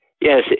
yes